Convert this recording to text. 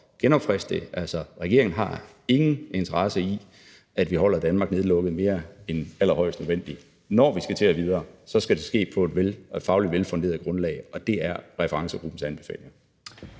det: Regeringen har ingen interesse i, at vi holder Danmark nedlukket mere end allerhøjst nødvendigt. Når vi skal videre, skal det ske på et fagligt velfunderet grundlag, og det er referencegruppens anbefalinger.